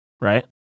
right